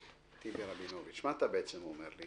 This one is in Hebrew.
מה אתה בעצם אומר?